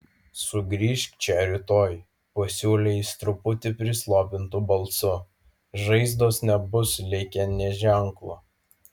sugrįžk čia rytoj pasiūlė jis truputį prislopintu balsu žaizdos nebus likę nė ženklo